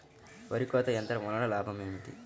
వరి కోత యంత్రం వలన లాభం ఏమిటి?